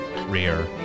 rear